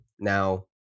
Now